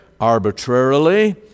arbitrarily